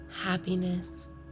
happiness